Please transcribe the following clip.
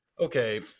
Okay